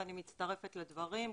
ואני מצטרפת לדברים,